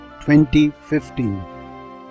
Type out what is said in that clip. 2015